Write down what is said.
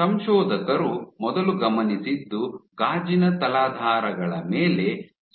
ಸಂಶೋಧಕರು ಮೊದಲು ಗಮನಿಸಿದ್ದು ಗಾಜಿನ ತಲಾಧಾರಗಳ ಮೇಲೆ